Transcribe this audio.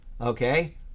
Okay